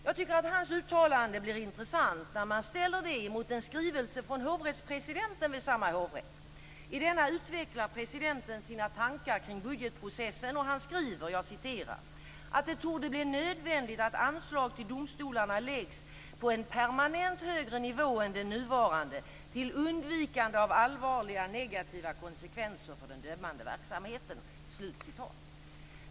Jag tycker att hans uttalande blir intressant när man ställer det mot en skrivelse från hovrättspresidenten vid samma hovrätt. I denna utvecklar presidenten sina tankar kring budgetprocessen, och han skriver "att det torde bli nödvändigt att anslag till domstolarna läggs på en permanent högre nivå än den nuvarande till undvikande av allvarliga negativa konsekvenser för den dömande verksamheten".